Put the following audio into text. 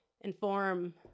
inform